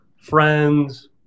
friends